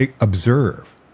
observe